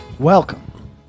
Welcome